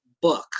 book